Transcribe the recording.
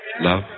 Love